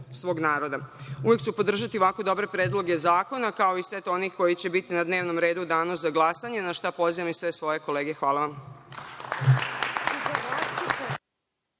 svog naroda. Uvek ću podržati ovakve predloge zakona, kao i set onih koji će biti na dnevnom redu na danu za glasanje na šta pozivam i sve svoje kolege. Hvala.